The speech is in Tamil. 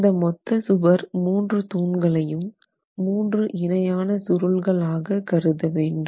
இந்த மொத்த சுவர் 3 தூண்களையும் 3 இணையான சுருள்கள் ஆக கருத வேண்டும்